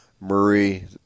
Murray